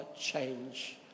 change